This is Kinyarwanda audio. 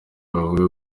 bavuga